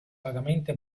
vagamente